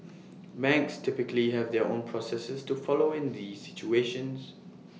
banks typically have their own processes to follow in these situations